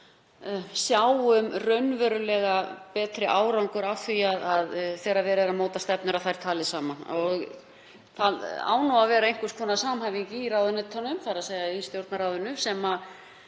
sjáum raunverulega betri árangur af því þegar verið er að móta stefnur að þær tali saman. Það á að vera einhvers konar samhæfing í ráðuneytunum, þ.e. í Stjórnarráðinu sem